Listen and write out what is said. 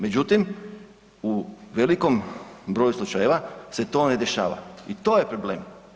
Međutim, u velikom broju slučajeva se to ne dešava i to je problem.